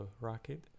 Rocket